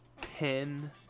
ten